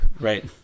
right